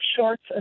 shorts